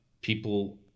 People